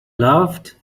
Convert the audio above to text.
loved